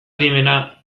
adimena